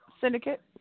syndicate